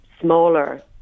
smaller